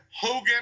Hogan